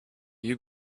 you